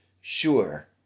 Sure